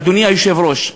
אדוני היושב-ראש,